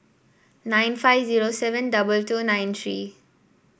nine five zero seven double two nine three